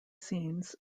scenes